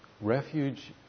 refuge